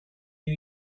new